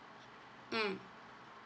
mm